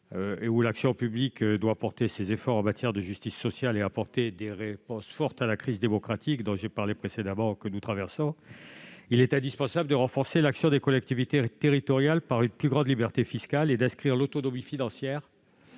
et où l'action publique doit porter ses efforts en matière de justice sociale et apporter des réponses fortes à la crise démocratique que nous traversons et que j'évoquais à l'instant, il est indispensable de renforcer l'action des collectivités territoriales par une plus grande liberté fiscale et de faire de l'autonomie financière